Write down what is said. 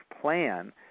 plan